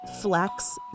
flex